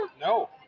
No